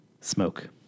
Smoke